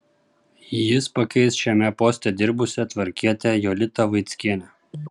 jis pakeis šiame poste dirbusią tvarkietę jolitą vaickienę